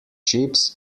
chips